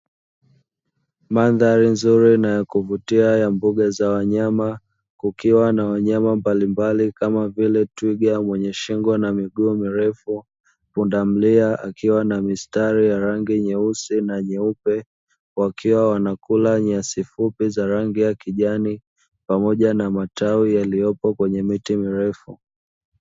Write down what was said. Mandhari nzuri na ya kuvutia ya mbuga za wanyama. Kukiwa na wanyama mbalimbali kama vile twiga mwenye shingo na miguu mirefu, punda milia akiwa na mistari ya rangi nyeusi na nyeupe, wakiwa wanakula nyasi fupi za rangi ya kijani pamoja na matawi yaliyoko kwenye miti mirefu.